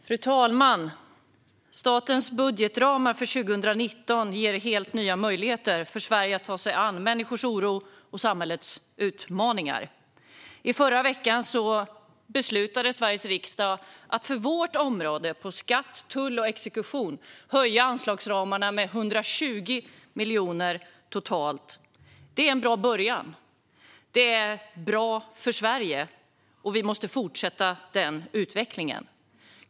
Fru talman! Statens budgetramar för 2019 ger helt nya möjligheter för Sverige att ta sig an människors oro och samhällets utmaningar. I förra veckan beslutade Sveriges riksdag att på vårt område för skatt, tull och exekution höja anslagsramarna med 120 miljoner totalt. Det är en bra början. Det är bra för Sverige, och vi måste fortsätta den utvecklingen.